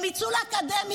הם יצאו לאקדמיה.